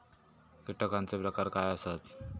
कीटकांचे प्रकार काय आसत?